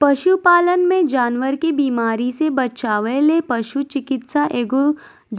पशु पालन मे जानवर के बीमारी से बचावय ले पशु चिकित्सा एगो